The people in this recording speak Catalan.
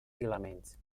filaments